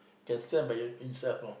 can step by him himself you know